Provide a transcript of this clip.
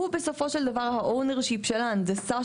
הוא בסופו של דבר ה- Ownership של ההנדסה,